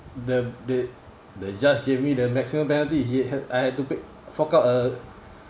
the the the judge gave me the maximum penalty he had I had to pick fork out a